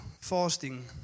fasting